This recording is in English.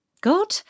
Good